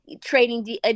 trading